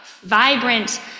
vibrant